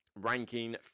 ranking